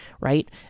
right